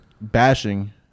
bashing